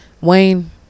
Wayne